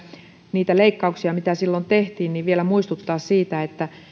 niitä leikkauksia mitä silloin tehtiin ja haluan vielä muistuttaa siitä että